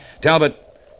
Talbot